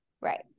Right